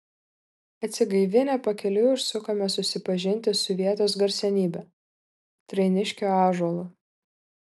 atsigaivinę pakeliui užsukome susipažinti su vietos garsenybe trainiškio ąžuolu